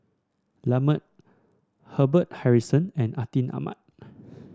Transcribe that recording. Lambert Harrison and Atin Amat